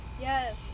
Yes